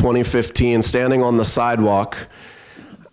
and fifteen standing on the sidewalk